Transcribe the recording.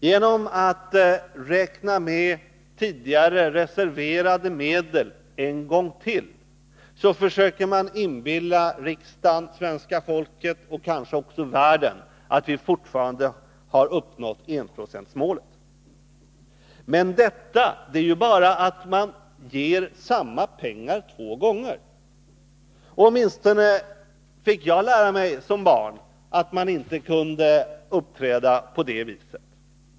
Genom att räkna med tidigare reserverade medel en gång till försöker man inbilla riksdagen, svenska folket och kanske också världen att vi fortfarande har uppnått enprocentsmålet. Detta är ju bara att ge samma pengar två gånger. Jag fick lära mig som barn att man inte kan uppträda på det viset.